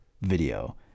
video